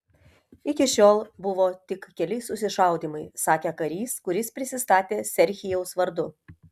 iki šiol buvo tik keli susišaudymai sakė karys kuris prisistatė serhijaus vardu